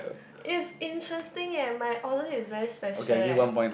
it's interesting ya my olive is very special leh